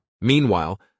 Meanwhile